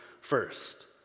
first